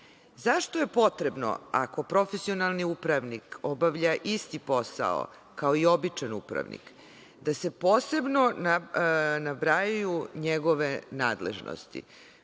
Zašto je potrebno, ako profesionalni upravnik obavlja isti posao kao i običan upravnik, da se posebno nabrajaju njegove nadležnosti?